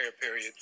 period